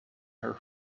her